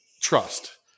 trust